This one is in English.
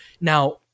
now